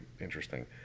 interesting